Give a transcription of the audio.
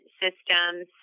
systems